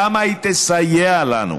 כמה היא תסייע לנו.